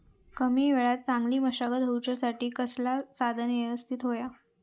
कमी वेळात चांगली मशागत होऊच्यासाठी कसला साधन यवस्तित होया?